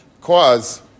cause